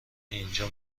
اینجا